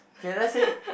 k let's say